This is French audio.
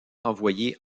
envoyé